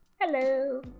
Hello